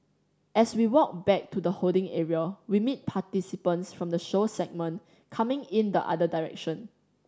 as we walk back to the holding area we meet participants from the show segment coming in the other direction